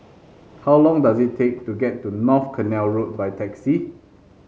how long does it take to get to North Canal Road by taxi